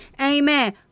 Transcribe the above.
Amen